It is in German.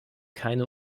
keine